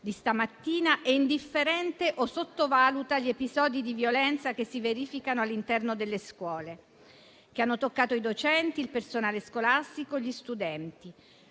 di stamattina - è indifferente o sottovaluta gli episodi di violenza che si verificano all'interno delle scuole e che hanno toccato i docenti, il personale scolastico e gli studenti.